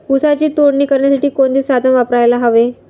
ऊसाची तोडणी करण्यासाठी कोणते साधन वापरायला हवे?